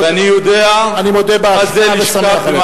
אני מודה באשמה ושמח עליה.